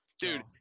Dude